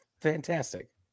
fantastic